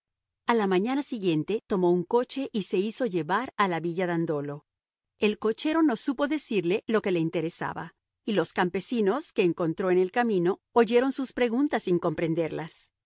a la mañana siguiente tomó un coche y se hizo llevar a la villa dandolo el cochero no supo decirle lo que le interesaba y los campesinos que encontró en el camino oyeron sus preguntas sin comprenderlas